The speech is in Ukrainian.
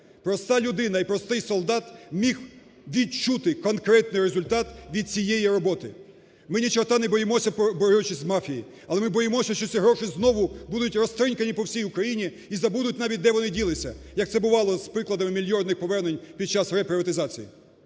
проста людина і простий солдат міг відчути конкретний результат від цієї роботи. Ми нічорта не боїмося, борючись з мафією, але ми боїмося, що ці гроші будуть знову розтринькані по всій Україні і забудуть навіть де вони ділися, як це бувало з прикладами мільйонних повернень під час реприватизації.